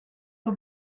the